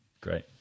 Great